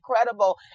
incredible